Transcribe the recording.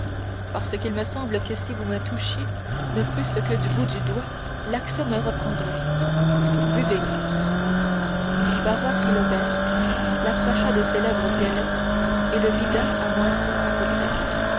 parce qu'il me semble que si vous me touchiez ne fût-ce que du bout du doigt l'accès me reprendrait buvez barrois prit le verre l'approcha de ses lèvres violettes et le vida à moitié à peu près